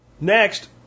Next